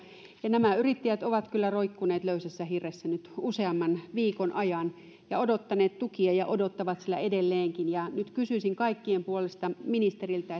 ja nämä yrittäjät ovat kyllä roikkuneet löysässä hirressä nyt useamman viikon ajan ja odottaneet tukia ja odottavat siellä edelleenkin nyt kysyisin kaikkien puolesta ministeriltä